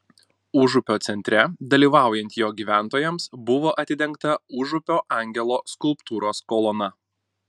užupio centre dalyvaujant jo gyventojams buvo atidengta užupio angelo skulptūros kolona